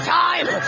time